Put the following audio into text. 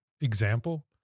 example